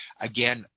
again